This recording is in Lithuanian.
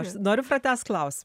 aš noriu pratęst klaus